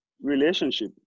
relationship